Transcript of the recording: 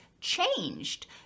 changed